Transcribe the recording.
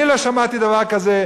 אני לא שמעתי דבר כזה,